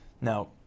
Now